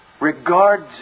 regards